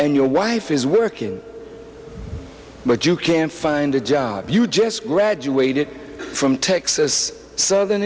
and your wife is working but you can't find a job you just graduated from texas southern